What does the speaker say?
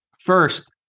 First